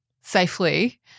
safely